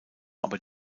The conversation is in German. aber